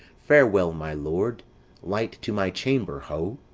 farewell, my lord light to my chamber, ho!